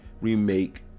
remake